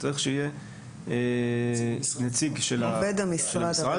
צריך שיהיה נציג של המשרד,